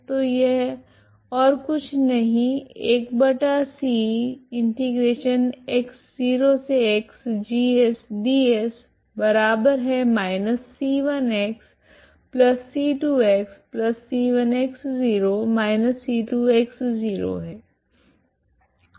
तो यह ओर कुछ नहीं है